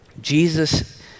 Jesus